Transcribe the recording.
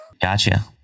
gotcha